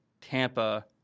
Tampa